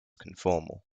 conformal